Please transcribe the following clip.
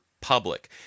public